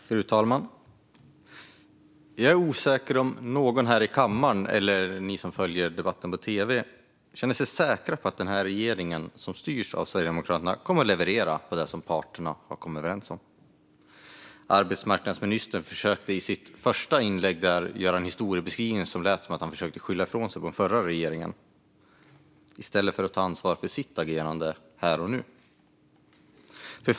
Fru talman! Jag är osäker på om någon av oss här i kammaren eller av dem som följer debatten på tv känner sig säker på att denna regering, som styrs av Sverigedemokraterna, kommer att leverera på det som parterna har kommit överens om. Arbetsmarknadsministern gjorde i sitt första inlägg en historiebeskrivning som lät som att han försökte skylla ifrån sig på den förra regeringen i stället för att ta ansvar för sitt agerande här och nu.